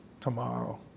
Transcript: tomorrow